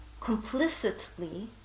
complicitly